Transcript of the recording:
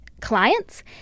clients